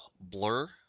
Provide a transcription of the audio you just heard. Blur